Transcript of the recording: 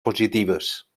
positives